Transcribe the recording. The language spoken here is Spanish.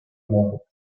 nuevo